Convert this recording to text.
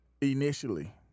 initially